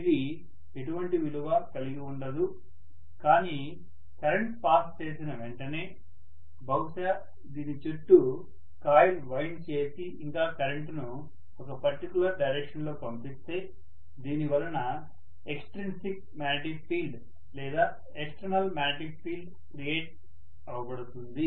ఇది ఎటువంటి విలువ కలిగి ఉండదు కానీ కరెంటు పాస్ చేసిన వెంటనే బహుశా దీని చుట్టూ కాయిల్ వైండ్ చేసి ఇంకా కరెంటుని ఒక పర్టికులర్ డైరెక్షన్ లో పంపిస్తే దీని వల్ల ఎక్స్ట్రిన్సిక్ మాగ్నెటిక్ ఫీల్డ్ లేదా ఎక్స్టర్నల్ మాగ్నెటిక్ ఫీల్డ్ క్రియేట్ అవబడుతుంది